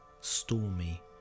stormy